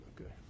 Okay